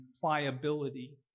pliability